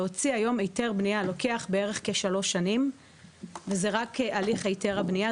להוציא היום היתר בנייה לוקח בערך כשלוש שנים וזה רק הליך היתר הבנייה,